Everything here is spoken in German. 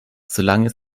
solange